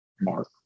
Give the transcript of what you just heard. Mark